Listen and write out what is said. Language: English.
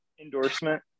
endorsement